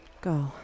Go